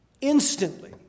instantly